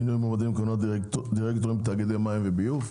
מינוי מועמדים לכהונת דירקטורים בתאגידי מים וביוב.